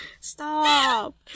stop